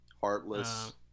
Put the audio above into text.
heartless